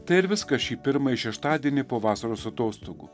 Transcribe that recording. tai ir viskas šį pirmąjį šeštadienį po vasaros atostogų